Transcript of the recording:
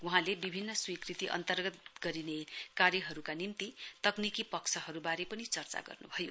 वहाँले विभिन्न स्वीकृति अन्तर्गत गरिने कार्यहरुका निम्ति तकनिकी पक्षहरुवारे पनि चर्चा गर्नुभयो